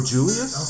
Julius